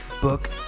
book